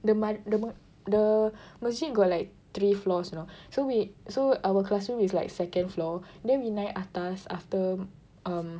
the mad~ the mad~ the masjid got like three floors you know so we so our classroom is like second floor then we naik atas after um